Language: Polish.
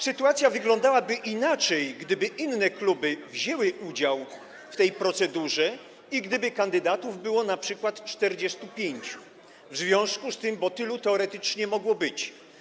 Sytuacja wyglądałaby inaczej, gdyby inne kluby wzięły udział w tej procedurze i gdyby kandydatów było np. 45, bo tylu teoretycznie mogło być.